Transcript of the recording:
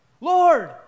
Lord